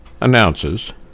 announces